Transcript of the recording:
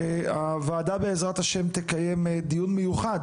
בעזרת השם הוועדה תקיים דיון מיוחד